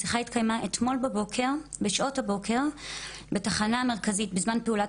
השיחה התקיימה אתמול בבוקר בשעות הבוקר בתחנה המרכזית בזמן פעולת